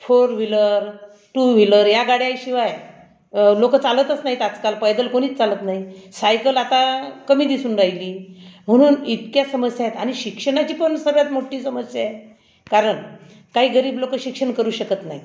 four wheeler two wheeler या गाड्यांशिवाय लोक चालतच नाहीत आजकाल पैदल कुणीच चालत नाही सायकल आता कमी दिसून राहिली म्हणून इतक्या समस्या आहेत आणि शिक्षणाची पण सगळ्यात मोठी समस्या आहे कारण काही गरीब लोक शिक्षण करू शकत नाहीत